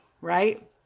right